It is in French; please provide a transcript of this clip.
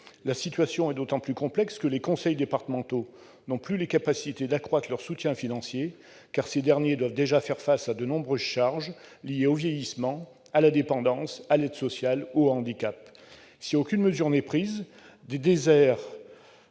La situation est d'autant plus complexe que les conseils départementaux n'ont plus les capacités d'accroître leur soutien financier, dans la mesure où ils doivent déjà faire face à de nombreuses charges liées au vieillissement, à la dépendance, à l'aide sociale ou au handicap. Si aucune mesure n'est prise, des déserts